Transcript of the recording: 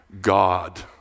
God